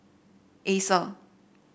acer